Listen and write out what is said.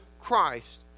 Christ